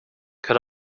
cut